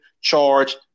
charge